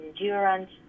endurance